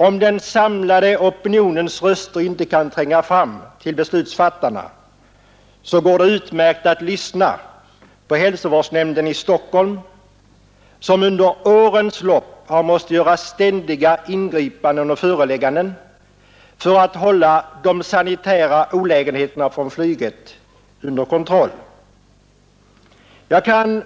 Om den samlade opinionens röster inte kan tränga fram till beslutsfattarna, går det utmärkt att lyssna på hälsovårdsnämnden i Stockholm som under årens lopp har måst göra ständiga ingripanden och förelägganden för att hålla de sanitära olägenheterna från flyget under kontroll. Jag kan